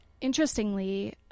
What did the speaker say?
interestingly